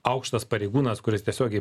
aukštas pareigūnas kuris tiesiogiai